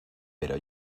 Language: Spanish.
pero